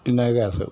इ'न्ना गै अस